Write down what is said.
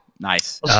Nice